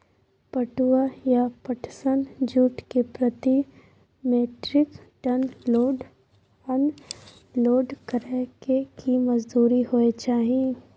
पटुआ या पटसन, जूट के प्रति metric ton load unload करै के की मजदूरी होय चाही?